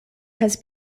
has